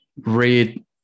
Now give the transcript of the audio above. read